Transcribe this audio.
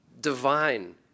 divine